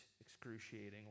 excruciating